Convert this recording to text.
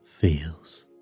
feels